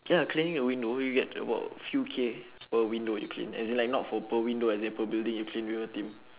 ya cleaning the window you get about few K per window you clean as in not like for per window as in per building you clean with a team